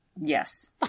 Yes